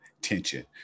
tension